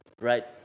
right